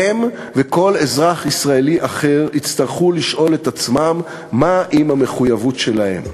הם וכל אזרח ישראלי אחר יצטרכו לשאול את עצמם מה עם המחויבות שלהם.